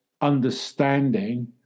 understanding